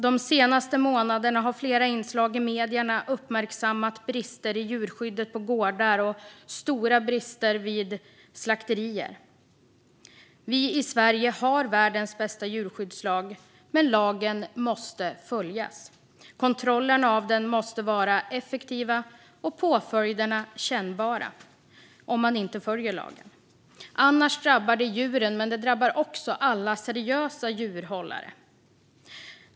De senaste månaderna har flera inslag i medierna uppmärksammat brister i djurskyddet på gårdar och stora brister på slakterier. Vi i Sverige har världens bästa djurskyddslag, men lagen måste följas. Kontrollerna måste vara effektiva och påföljderna om man inte följer lagen kännbara. Annars drabbar det djuren men också alla seriösa djurhållare.